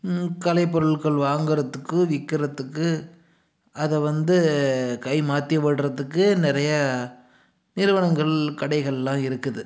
கலை பொருட்கள் வாங்குறதுக்கு விற்கிறதுக்கு அதை வந்து கை மாற்றி விடுறதுக்கே நிறையா நிறுவனங்கள் கடைகள்லாம் இருக்குது